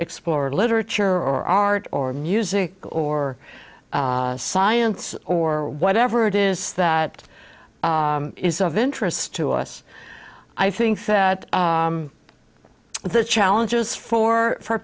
explore literature or art or music or science or whatever it is that is of interest to us i think that the challenges for